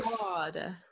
god